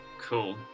Cool